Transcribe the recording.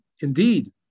Indeed